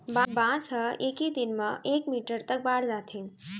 बांस ह एके दिन म एक मीटर तक बाड़ जाथे